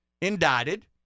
indicted